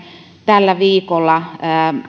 tällä viikolla